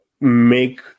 make